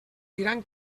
diran